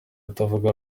atavuga